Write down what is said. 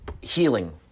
healing